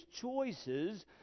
choices